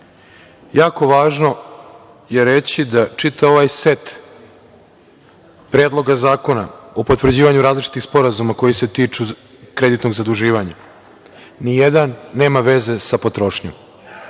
važno je reći da čitav ovaj set predloga zakona o potvrđivanju različitih sporazuma koji se tiču kreditnog zaduživanja, ni jedan nema veze sa potrošnjom.